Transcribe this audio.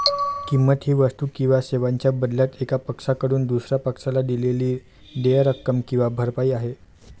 किंमत ही वस्तू किंवा सेवांच्या बदल्यात एका पक्षाकडून दुसर्या पक्षाला दिलेली देय रक्कम किंवा भरपाई आहे